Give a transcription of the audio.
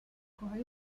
kohe